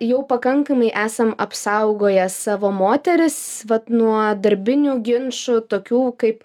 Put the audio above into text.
jau pakankamai esam apsaugoję savo moteris vat nuo darbinių ginčų tokių kaip